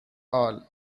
all